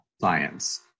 science